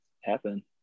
happen